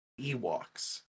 Ewoks